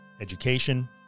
education